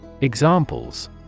Examples